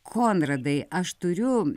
konradai aš turiu